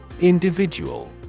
Individual